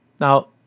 Now